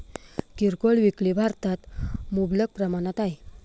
किरकोळ विक्री भारतात मुबलक प्रमाणात आहे